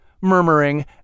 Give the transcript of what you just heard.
murmuring